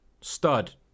Stud